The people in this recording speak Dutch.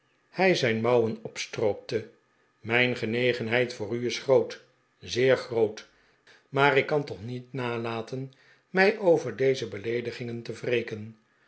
hij zijn mouwen opstroopte mijn gehegenheid voor u is groot zeer groot maar ik kan toch niet nalaten mij over deze beleedigingen te